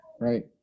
right